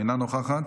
אינה נוכחת,